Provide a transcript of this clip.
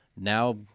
Now